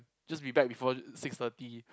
just be back before six thirty